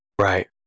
Right